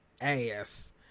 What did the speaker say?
ass